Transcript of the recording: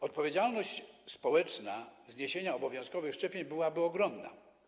Odpowiedzialność społeczna dotycząca zniesienia obowiązkowych szczepień byłaby ogromna.